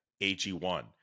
AG1